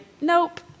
nope